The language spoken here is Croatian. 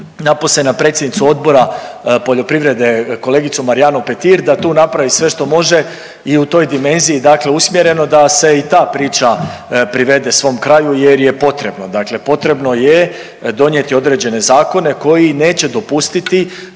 napose na predsjednicu Odbora poljoprivrede kolegicu Marijanu Petir da tu napravi sve što može i u toj dimenziji usmjereno da se i ta priča privede svom kraju jer je potrebno. Dakle, potrebno je donijeti određene zakone ikoji neće dopustiti